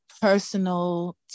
personal